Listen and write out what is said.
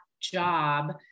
job